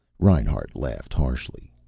reinhart laughed harshly.